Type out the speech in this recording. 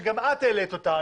שגם את העלית אותן.